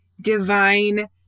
divine